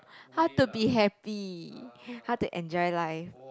how to be happy how to enjoy life